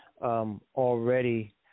Already